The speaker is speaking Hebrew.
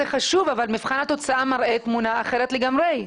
זה חשוב אבל מבחן התוצאה מראה תמונה אחרת לגמרי.